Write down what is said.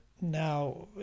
Now